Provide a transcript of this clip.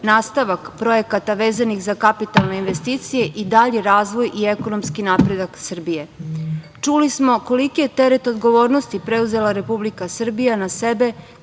nastavak projekata vezanih za kapitalne investicije i dalji razvoj i ekonomski napredak Srbije. Čuli smo koliki je teret odgovornosti preuzela Republika Srbija na sebe